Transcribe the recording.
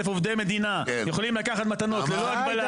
עובדי מדינה יכולים לקחת מתנות ללא הגבלה,